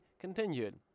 continued